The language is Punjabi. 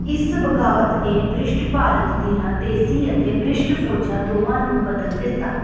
ਇਸ ਬਗਾਵਤ ਨੇ ਬ੍ਰਿਟਿਸ਼ ਭਾਰਤ ਦੀਆਂ ਦੇਸੀ ਅਤੇ ਬ੍ਰਿਟਿਸ਼ ਫੌਜਾਂ ਦੋਵਾਂ ਨੂੰ ਬਦਲ ਦਿੱਤਾ